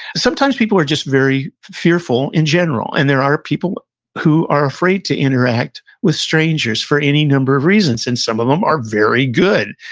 sometimes, people are just very fearful in general, and there are people who are afraid to interact with strangers for any number of reasons, and some of them are very good.